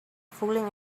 fooling